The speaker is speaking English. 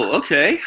okay